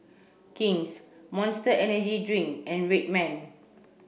King's Monster Energy Drink and Red Man